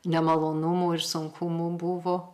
nemalonumų ir sunkumų buvo